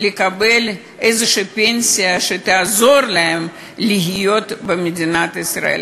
איזו פנסיה שתעזור להם לחיות במדינת ישראל.